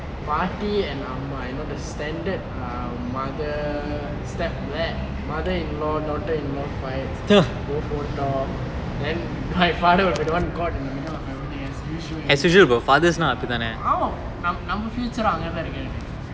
பாட்டி:paatti and அம்மா:amma you know the standard err mother step that mother in law daughter in law fight both won't talk then my father will be one caught in the middle of everything as usual ya பாவம் நம்ப:paavam nambe future um அப்டிதான் இருக்கும்னு நெநக்கிரேன்:apdithaan irukkumnu nenekkiren